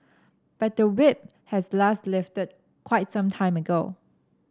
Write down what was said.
but the Whip has last lifted quite some time ago